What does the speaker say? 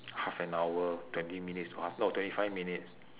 half an hour twenty minutes to half no twenty five minutes